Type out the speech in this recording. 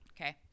Okay